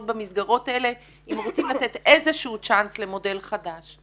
במסגרות האלה אם רוצים לתת איזשהו צ'אנס למודל חדש.